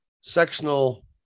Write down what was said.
sectional